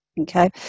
okay